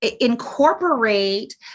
incorporate